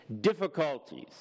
difficulties